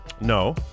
No